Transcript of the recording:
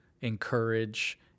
encourage